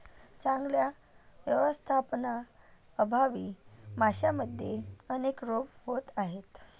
चांगल्या व्यवस्थापनाअभावी माशांमध्ये अनेक रोग होत आहेत